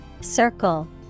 Circle